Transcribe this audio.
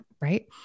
Right